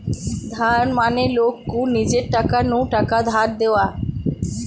ধার মানে লোক কু নিজের টাকা নু টাকা ধার দেওয়া